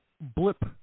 blip